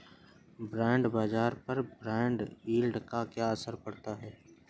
Bond बाजार पर bond yield का क्या असर पड़ता है?